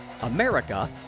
America